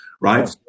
right